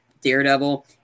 Daredevil